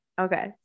Okay